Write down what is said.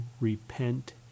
repent